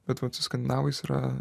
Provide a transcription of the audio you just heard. bet vat su skandinavais yra